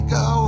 go